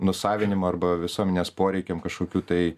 nusavinimą arba visuomenės poreikiam kažkokių tai